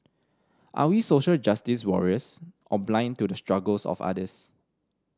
are we social justice warriors or blind to the struggles of others